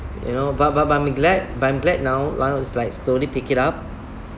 you know but but but I'm glad but I'm glad now now is like slowly pick it up